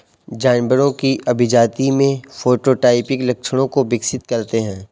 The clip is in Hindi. जानवरों की अभिजाती में फेनोटाइपिक लक्षणों को विकसित करते हैं